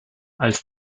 als